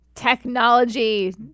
Technology